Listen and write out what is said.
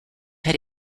had